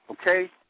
Okay